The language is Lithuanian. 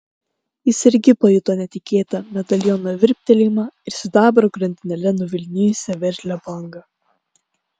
jis irgi pajuto netikėtą medaliono virptelėjimą ir sidabro grandinėle nuvilnijusią veržlią bangą